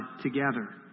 together